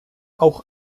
auch